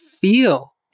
feel